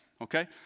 Okay